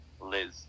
Liz